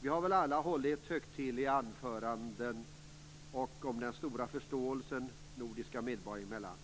Vi har väl alla hållit högtidliga anförande om den stora förståelsen nordiska medborgare emellan.